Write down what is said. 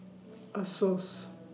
Asos